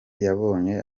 yabonye